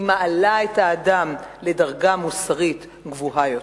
היא מעלה את האדם לדרגה מוסרית גבוהה יותר".